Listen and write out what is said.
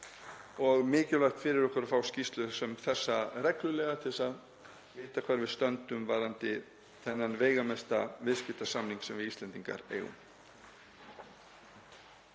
er mikilvægt fyrir okkur að fá skýrslu sem þessa reglulega til að vita hvar við stöndum varðandi þennan veigamesta viðskiptasamning sem við Íslendingar eigum.